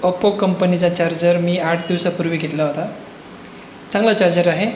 Oppo कंपनीचा charger मी आठ दिवसापूर्वी घेतला होता चांगला चार्जर आहे